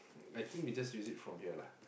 I think we just use it from here lah